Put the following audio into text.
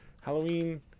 Halloween